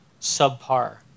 subpar